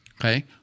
okay